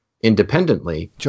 independently